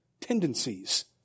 tendencies